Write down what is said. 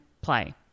play